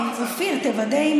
אופיר, תוודא.